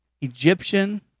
Egyptian